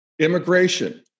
immigration